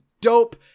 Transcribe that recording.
dope